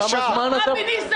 הליכוד בורח.